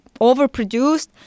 overproduced